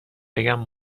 بگم